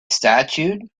statute